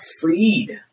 freed